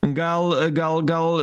gal gal gal